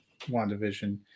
WandaVision